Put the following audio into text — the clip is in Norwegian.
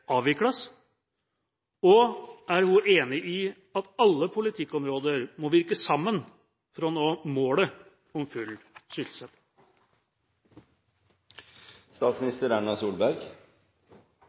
avvikles? Og er hun enig i at alle politikkområder må virke sammen for å nå målet om full